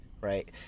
right